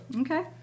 Okay